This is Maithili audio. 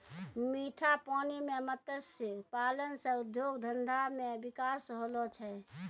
मीठा पानी मे मत्स्य पालन से उद्योग धंधा मे बिकास होलो छै